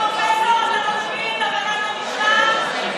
מילא שאתם חברי האופוזיציה,